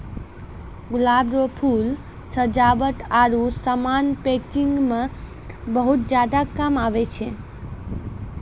गुलाब रो फूल सजावट आरु समान पैकिंग मे बहुत ज्यादा काम आबै छै